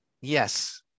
Yes